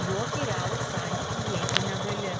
į jokį realų santykį įeiti negali